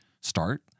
start